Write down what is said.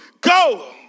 go